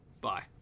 Bye